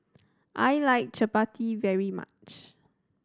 I like chappati very much